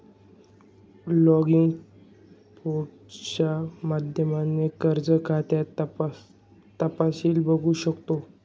login पोर्टलच्या माध्यमाने कर्ज खात्याचं तपशील बघू शकतो